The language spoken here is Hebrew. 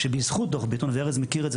שבזכות דוח ביטון וארז מכיר את זה,